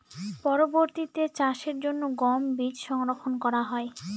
পরবর্তিতে চাষের জন্য গম বীজ সংরক্ষন করা হয়?